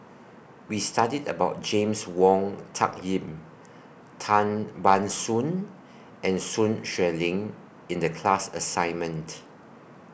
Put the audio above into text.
We studied about James Wong Tuck Yim Tan Ban Soon and Sun Xueling in The class assignment